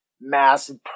massive